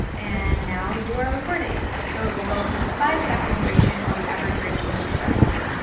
and now you are recording. so it will go for the five second duration or whatever duration you set it to.